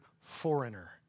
foreigner